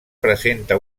presenta